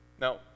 Now